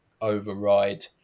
override